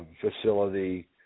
facility